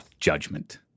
judgment